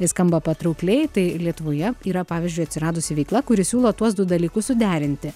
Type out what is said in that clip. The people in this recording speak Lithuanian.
tai skamba patraukliai tai lietuvoje yra pavyzdžiui atsiradusi veikla kuri siūlo tuos du dalykus suderinti